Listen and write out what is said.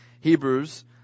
hebrews